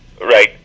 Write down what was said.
right